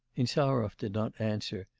insarov did not answer,